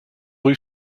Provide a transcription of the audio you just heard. rue